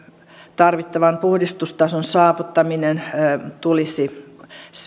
tarvittavan puhdistustason saavuttaminen tulisi